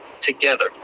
together